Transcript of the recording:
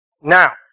Now